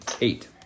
Eight